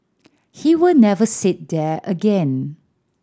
he will never sit there again